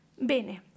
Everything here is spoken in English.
Bene